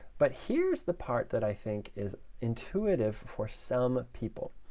but here's the part that i think is intuitive for some people,